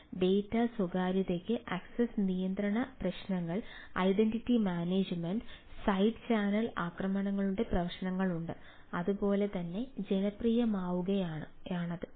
അതിനാൽ ഡാറ്റ സ്വകാര്യതക്ക് ആക്സസ്സ് നിയന്ത്രണ പ്രശ്നങ്ങൾ ഐഡന്റിറ്റി മാനേജുമെന്റ് സൈഡ് ചാനൽ ആക്രമണങ്ങളുടെ പ്രശ്നങ്ങളുണ്ട് അത് പോലെ തന്നെ ജനപ്രിയമാവുകയാണ്